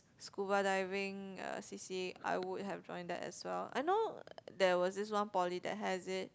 scuba diving uh C_C_A I would have joined that as well I know there was this one poly that has it